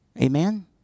Amen